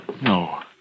No